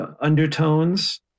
undertones